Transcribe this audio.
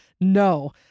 no